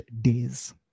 days